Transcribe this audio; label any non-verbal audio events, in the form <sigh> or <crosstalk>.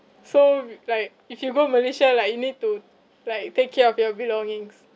so <noise> like if you go malaysia like you need to like take care of your belongings